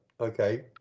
Okay